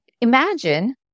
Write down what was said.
Imagine